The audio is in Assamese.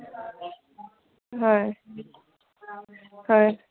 হয় হয়